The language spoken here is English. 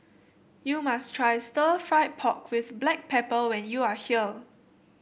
you must try Stir Fried Pork with Black Pepper when you are here